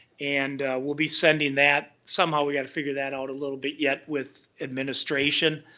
and we'll be sending that, somehow we gotta figure that out a little bit yet with administration.